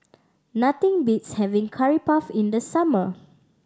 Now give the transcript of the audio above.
nothing beats having Curry Puff in the summer